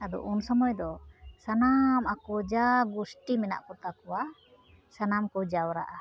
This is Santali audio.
ᱟᱫᱚ ᱩᱱ ᱥᱚᱢᱚᱭ ᱥᱟᱱᱟᱢ ᱟᱠᱚ ᱡᱟ ᱜᱩᱥᱴᱤ ᱢᱮᱱᱟᱜ ᱠᱚᱛᱟ ᱠᱚᱣᱟ ᱥᱟᱱᱟᱢ ᱠᱚ ᱡᱟᱣᱨᱟᱜᱼᱟ